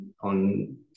on